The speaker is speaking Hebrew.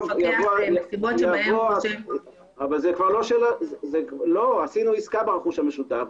עשינו עסקה ברכוש המשותף.